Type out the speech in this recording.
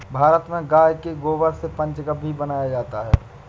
भारत में गाय के गोबर से पंचगव्य भी बनाया जाता है